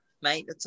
Mate